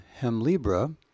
Hemlibra